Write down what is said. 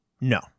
No